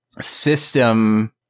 system